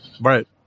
right